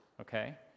okay